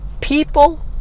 People